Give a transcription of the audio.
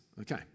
Okay